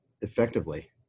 effectively